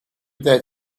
dead